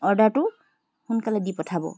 অৰ্ডাৰটো সোনকালে দি পঠাব